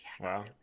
Wow